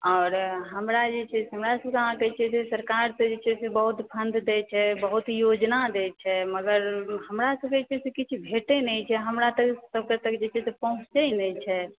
आओर हमरा जे छै से हमरा अहाँ कहै छी से सरकारसँ जे छै से बहुत फण्ड दै छै बहुत योजना दै छै मगर हमरा सभके जे छै से किछु भेटै नहि छै हमरा सभ तक जे छै से पहुँचते नहि छै